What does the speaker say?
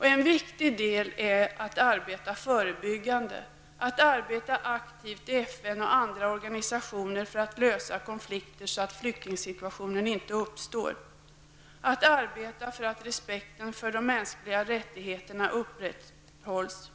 En viktig del av vår flyktingpolitik är att arbeta förebyggande -- att arbeta aktivt i FN och andra organisationer för att försöka lösa konflikter så att flyktingsituationer inte uppstår och att arbeta för att respekten för de mänskliga rättigheterna upprätthålls.